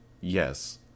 Yes